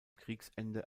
kriegsende